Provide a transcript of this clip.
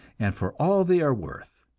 and for all they are worth.